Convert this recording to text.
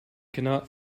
cannot